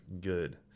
good